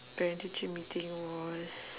parent teacher meeting was